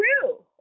true